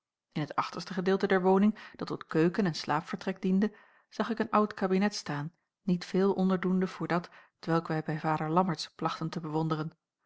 in het achterste gedeelte der woning dat tot keuken en slaapvertrek diende zag ik een oud kabinet staan niet veel onderdoende voor dat t welk wij bij vader lammertsz plachten te bewonderen